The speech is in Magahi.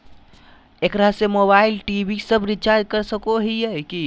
एकरा से मोबाइल टी.वी सब रिचार्ज कर सको हियै की?